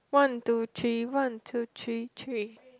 one two three one two three three